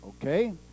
Okay